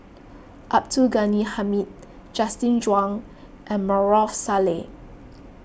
Abdul Ghani Hamid Justin Zhuang and Maarof Salleh